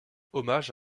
hommage